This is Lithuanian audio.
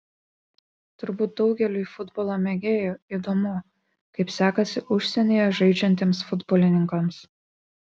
turbūt daugeliui futbolo mėgėjų įdomu kaip sekasi užsienyje žaidžiantiems futbolininkams